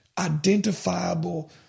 identifiable